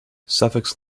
suffix